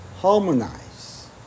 harmonize